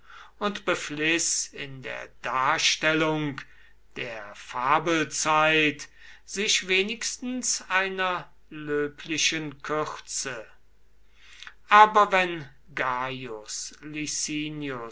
und befliß in der darstellung der fabelzeit sich wenigstens einer löblichen kürze aber wenn